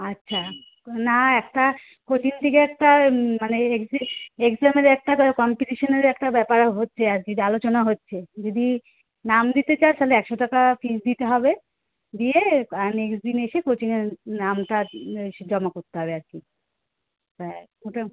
আচ্ছা না একটা কোচিং থেকে একটা মানে এক্সি এক্সামের একটা তো কম্পিটিশানের একটা ব্যাপার হচ্চে আর কি যে আলোচনা হচ্চে তুই যদি নাম দিতে চাস তাহলে একশো টাকা ফিস দিতে হবে দিয়ে নেক্সট দিন এসে কোচিংয়ে নামটা এসে জমা করতে হবে আর কি হ্যাঁ ওটা